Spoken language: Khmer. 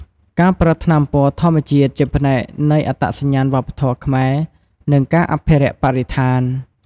ការប្រើថ្នាំពណ៌ធម្មជាតិជាផ្នែកនៃអត្តសញ្ញាណវប្បធម៌ខ្មែរ និងការអភិរក្សបរិស្ថាន។